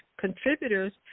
contributors